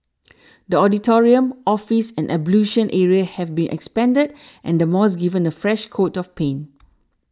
the auditorium office and ablution area have been expanded and the mosque given a fresh coat of paint